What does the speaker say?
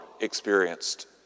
experienced